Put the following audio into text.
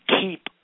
keep